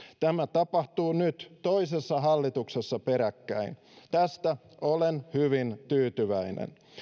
tämä tapahtuu nyt toisessa hallituksessa peräkkäin tästä olen hyvin tyytyväinen